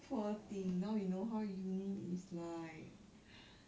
poor thing now you know how uni is like